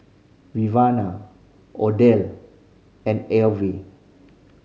Odell and Elvie